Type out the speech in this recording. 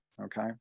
Okay